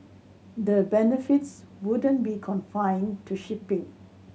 the benefits wouldn't be confined to shipping